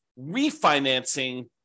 refinancing